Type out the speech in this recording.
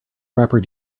wrapper